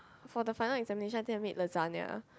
for the final examination I think I made lasagna